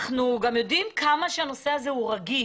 אנחנו גם יודעים עד כמה הנושא הזה רגיש,